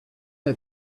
let